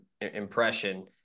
impression